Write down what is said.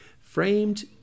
framed